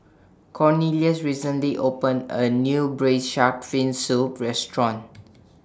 Cornelius recently opened A New Braised Shark Fin Soup Restaurant